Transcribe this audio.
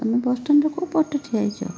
ତୁମେ ବସ୍ଷ୍ଟାଣ୍ଡର କେଉଁପଟେ ଠିଆ ହେଇଛ